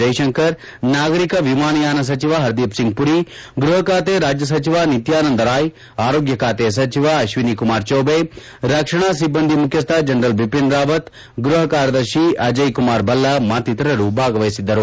ಜೈಶಂಕರ್ ನಾಗರಿಕ ವಿಮಾನಯಾನ ಸಚಿವ ಹರ್ದೀಪ್ ಸಿಂಗ್ ಪರಿ ಗೃಹ ಖಾತೆ ರಾಜ್ಯ ಸಚಿವ ನಿತ್ಯಾನಂದ ರಾಯ್ ಆರೋಗ್ಯ ಖಾತೆ ಸಚಿವ ಅಶ್ವಿನಿ ಕುಮಾರ್ ಚೌಬೆ ರಕ್ಷಣಾ ಸಿಬ್ಬಂದಿ ಮುಖ್ಯಸ್ಥ ಜನರಲ್ ಬಿಪಿನ್ ರಾವತ್ ಗೃಹ ಕಾರ್ಯದರ್ಶಿ ಅಜಯ್ಕುಮಾರ್ ಭಲ್ಲ ಮತ್ತಿತರರು ಭಾಗವಹಿಸಿದ್ದರು